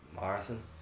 marathon